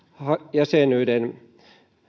jäsenyyden